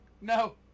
No